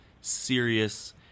serious